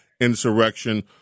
insurrection